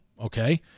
okay